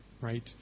right